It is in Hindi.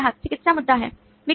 ग्राहक चिकित्सा मुद्दा हाँ